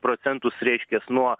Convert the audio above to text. procentus reiškias nuo